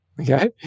Okay